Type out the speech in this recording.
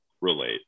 relate